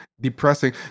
depressing